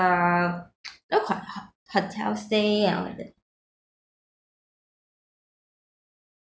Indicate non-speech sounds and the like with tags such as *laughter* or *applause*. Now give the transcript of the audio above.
uh *noise* you know ho~ ho~ hotel stay and all that